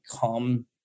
come